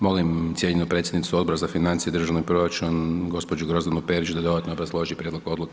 Molim cijenjenu predsjednicu Odbora za financije i državni proračun, gđu. Grozdanu Perić da dodatno obrazloži prijedlog odluke.